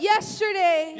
Yesterday